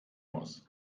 muss